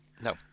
No